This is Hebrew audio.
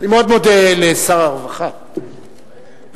אני מאוד מודה לשר הרווחה והתקשורת.